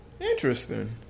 Interesting